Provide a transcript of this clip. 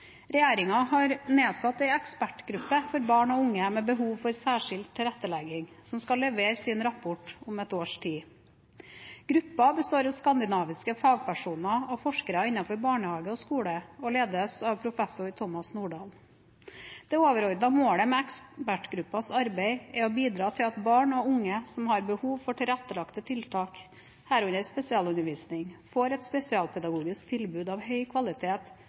har nedsatt en ekspertgruppe for barn og unge med behov for særskilt tilrettelegging, som skal levere sin rapport om ett års tid. Gruppen består av skandinaviske fagpersoner og forskere innen barnehage og skole og ledes av professor Thomas Nordahl. Det overordnede målet med ekspertgruppens arbeid er å bidra til at barn og unge som har behov for tilrettelagte tiltak, herunder spesialundervisning, får et spesialpedagogisk tilbud av høy kvalitet